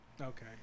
okay